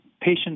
patient